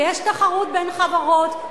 ויש תחרות בין חברות,